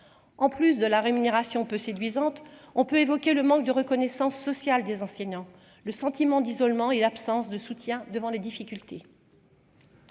en plus de la rémunération peu séduisante, on peut évoquer le manque de reconnaissance sociale des enseignants, le sentiment d'isolement et l'absence de soutien devant les difficultés.